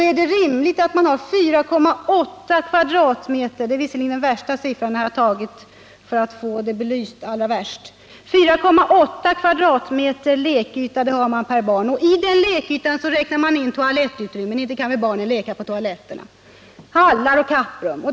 Är det rimligt att ha 4,8 m? lekyta — det är visserligen den värsta siffran jag tagit med för att få belyst hur förhållandena kan vara? Och är det rimligt att i den lekytan räkna in toalettrum —inte kan väl barnen leka på toaletterna — hallar och kapprum?